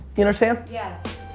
you understand? yes